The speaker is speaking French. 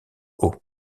haut